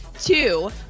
two